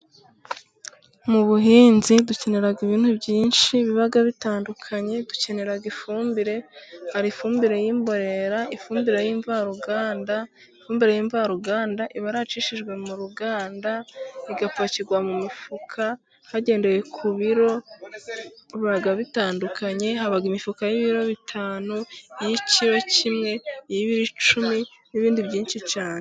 Mu buhinzi dukenera ibintu byinshi biba bitandukanye dukenera: ifumbire, hari ifumbire y'imborera ,ifumbire y' imvaruganda, ifumbire y'imvaruganda iba yaracishijwe mu ruganda ,igapakirwa mu mifuka hagendewe ku biro bitandukanye haba: imifuka y'ibiro bitanu ,iy'ikiro kimwe ,iy'ibiro icumi n'ibindi byinshi cyane.